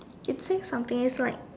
it says something it's like